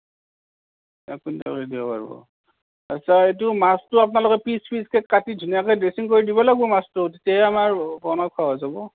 আচ্ছা এইটো মাছটো আপোনালোকৰ পিছ পিছকৈ কাটি ধুনীয়াকৈ ড্ৰেছিং কৰি দিব লাগিব মাছটো তেতিয়াহে আমাৰ বনোৱাত সহজ হ'ব